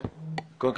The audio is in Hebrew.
באזור.